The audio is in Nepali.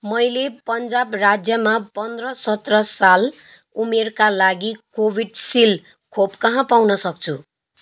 मैले पन्जाब राज्यमा पन्ध्र सत्र साल उमेरका लागि कोभिसिल्ड खोप कहाँ पाउन सक्छु